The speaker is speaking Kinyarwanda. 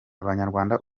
abanyarwanda